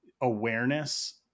awareness